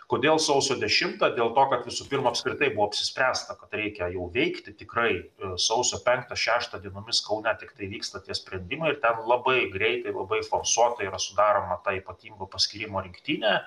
kodėl sausio dešimtą dėl to kad visų pirma apskritai buvo apsispręsta kad reikia veikti tikrai sausio penktą šeštą dienomis kaune tiktai vyksta tie sprendimai ir ten labai greitai labai forsuotai yra sudaroma ypatingo paskyrimo rinktinė